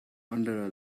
under